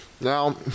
now